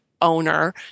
owner